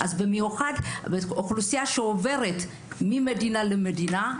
במיוחד אוכלוסייה שעוברת ממדינה למדינה,